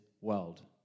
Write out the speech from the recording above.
world